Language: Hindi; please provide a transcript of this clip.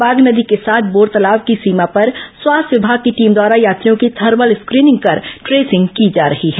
बागनदी के साथ बोरतलाव की सीमा पर स्वास्थ्य विभाग की टीम द्वारा यात्रियों की थर्मल स्क्रीनिंग कर ट्रेसिंग की जा रही है